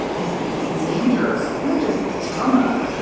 is this major not just trauma,